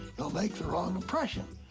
you'll make the wrong impression.